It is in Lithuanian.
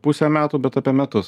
pusę metų bet apie metus